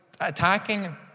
attacking